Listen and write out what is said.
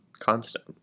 Constant